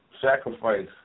sacrifice